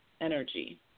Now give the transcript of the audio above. energy